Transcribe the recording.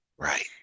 Right